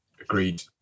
Agreed